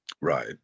right